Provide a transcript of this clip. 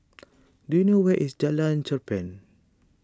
do you know where is Jalan Cherpen